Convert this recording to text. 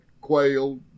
quail